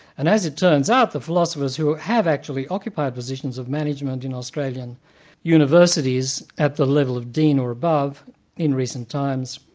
and as it turns out the philosophers who have actually occupied positions of management in australian universities at the level of dean or above in recent times,